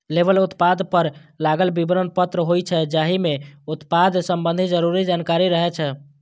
label उत्पाद पर लागल विवरण पत्र होइ छै, जाहि मे उत्पाद संबंधी जरूरी जानकारी रहै छै